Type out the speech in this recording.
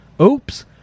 Oops